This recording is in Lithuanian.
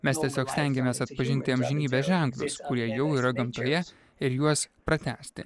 mes tiesiog stengiamės atpažinti amžinybės ženklus kurie jau yra gamtoje ir juos pratęsti